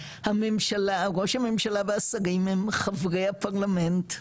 ראש הממשלה והשרים הם חברי הפרלמנט,